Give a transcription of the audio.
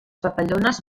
papallones